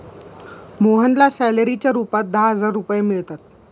मोहनला सॅलरीच्या रूपात दहा हजार रुपये मिळतात